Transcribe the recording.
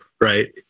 right